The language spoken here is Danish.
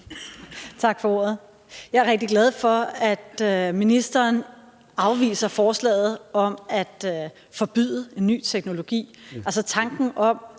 Tak for ordet. Jeg er rigtig glad for, at ministeren afviser forslaget om at forbyde ny teknologi. Altså, tanken om,